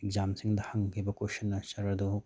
ꯑꯦꯛꯖꯥꯝꯁꯤꯡꯗ ꯍꯪꯈꯤꯕ question answer ꯑꯗꯨ